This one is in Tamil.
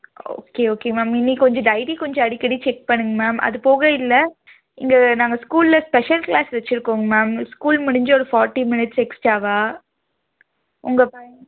ஓகே ஓகே மேம் இனி கொஞ்சம் டைரி கொஞ்சம் அடிக்கடி செக் பண்ணுங்க மேம் அது போக இல்லை இங்கே நாங்கள் ஸ்கூலில் ஸ்பெஷல் கிளாஸ் வச்சுருக்கோங் மேம் ஸ்கூல் முடிஞ்சு ஒரு ஃபார்ட்டி மினிட்ஸ் எக்ஸ்ட்ராவாக உங்கள் பைய